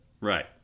Right